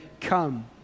Come